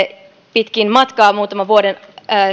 pitkin matkaa muutaman vuoden